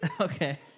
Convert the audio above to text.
Okay